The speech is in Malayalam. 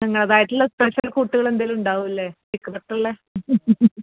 നിങ്ങളെതായിട്ടുള്ള സ്പെഷ്യൽ കൂട്ടുകൾ എന്തെങ്കിലും ഉണ്ടാവും അല്ലേ